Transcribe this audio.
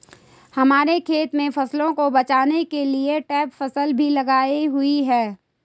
हमारे खेत में फसलों को बचाने के लिए ट्रैप फसल भी लगाई हुई है